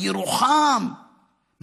בירוחם,